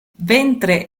ventre